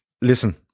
listen